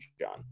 John